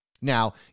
Now